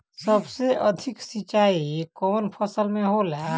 सबसे अधिक सिंचाई कवन फसल में होला?